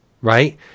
right